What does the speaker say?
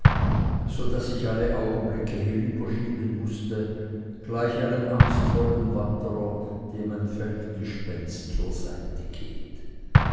mich daß ich alle augenblicke hinüberschielen mußte gleich einem angstvollen wanderer dem ein feldgespenst zur seite geht